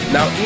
Now